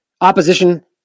Opposition